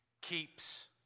keeps